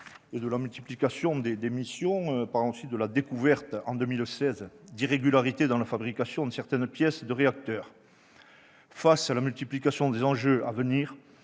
et de la multiplication des tâches. Il faut également évoquer la découverte, en 2016, d'irrégularités dans la fabrication de certaines pièces de réacteur. Face à la multiplication des enjeux à venir,